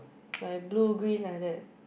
like blue green like that